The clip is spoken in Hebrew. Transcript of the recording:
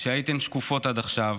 שהייתן שקופות עד עכשיו,